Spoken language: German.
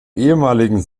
ehemaligen